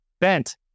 Bent